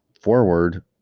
forward